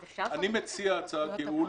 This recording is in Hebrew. אני מציע הצעת ייעול.